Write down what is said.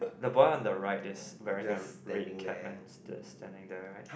the boy on the right is wearing a red cap and standing there right